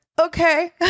Okay